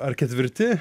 ar ketvirti